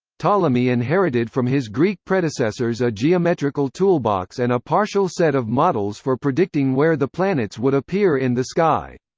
ptolemy inherited from his greek predecessors a geometrical toolbox and a partial set of models for predicting where the planets would appear in the sky.